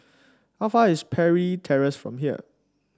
how far away is Parry Terrace from here